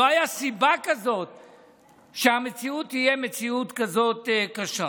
לא הייתה סיבה שהמציאות תהיה מציאות כזאת קשה.